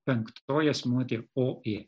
penktoji asmenuotė o ė